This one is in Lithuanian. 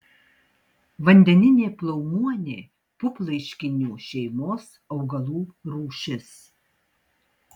vandeninė plaumuonė puplaiškinių šeimos augalų rūšis